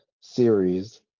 series